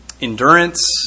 endurance